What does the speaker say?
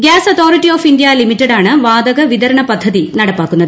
gas authority of India ലിമിറ്റഡാണ് വാതക വിതരണ പദ്ധതി നടപ്പാക്കുന്നത്